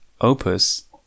opus